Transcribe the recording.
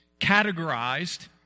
categorized